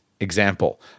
Example